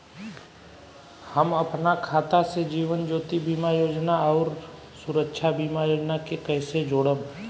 हम अपना खाता से जीवन ज्योति बीमा योजना आउर सुरक्षा बीमा योजना के कैसे जोड़म?